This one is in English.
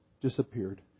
disappeared